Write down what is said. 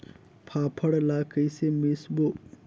फाफण ला कइसे मिसबो?